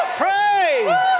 praise